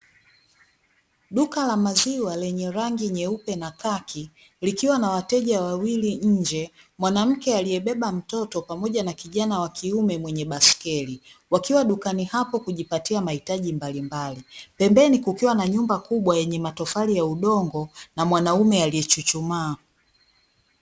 Duka la maziwa lenye rangi nyeupe na kaki likiwa na wateja wawili nje, mwanamke aliyebeba mtoto pamoja na kijana wa kiume mwenye baiskeli wakiwa dukani hapo kujipatia mahitaji mbalimbali, pembeni kukiwa na nyumba kubwa yenye matofari ya udongo na mwanaume aliyechuchumaa.